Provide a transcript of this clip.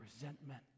resentment